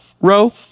row